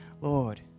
Lord